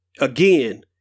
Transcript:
Again